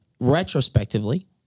retrospectively